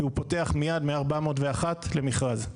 כי הוא פותח מיד מ-401 למכרז.